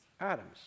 Adams